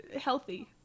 healthy